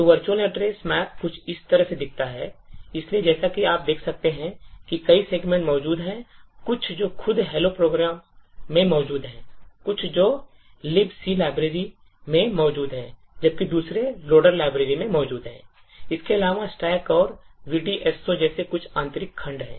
तो virtual address map कुछ इस तरह से दिखता है इसलिए जैसा कि आप देख सकते हैं कि कई सेगमेंट मौजूद हैं कुछ जो खुद hello प्रोग्राम में मौजूद हैं कुछ जो libc लाइब्रेरी में मौजूद हैं जबकि दूसरे loader library में मौजूद हैं l इसके अलावा stack और VDSO जैसे कुछ आंतरिक खंड हैं